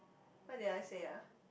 what did I say ah